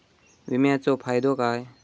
विमाचो फायदो काय?